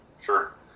Sure